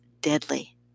deadly